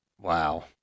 Wow